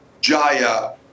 Jaya